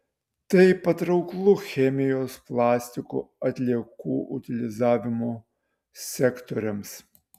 tai patrauklu chemijos plastikų atliekų utilizavimo sektoriams